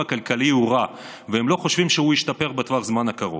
הכלכלי הורע והם לא חושבים שהוא ישתפר בטווח הזמן הקרוב.